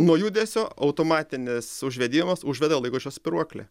nuo judesio automatinis užvedimas užveda laikrodžio spyruoklę